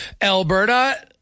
Alberta